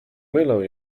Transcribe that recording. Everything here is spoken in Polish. mylę